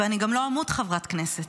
ואני גם לא אמות חברת כנסת.